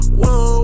whoa